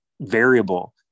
variable